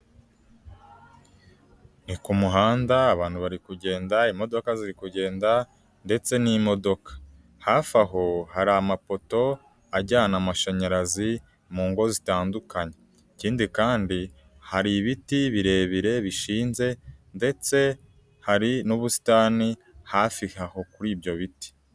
Ni ku muhanda abantu bari kugenda, imodoka ziri kugenda ndetse n'imodoka. Hafi aho, hari amapoto ajyana amashanyarazi mu ngo zitandukanye, ikindi kandi hari ibiti birebire bishinze ndetse hari n'ubusitani hafi aho kuri ibyo biti.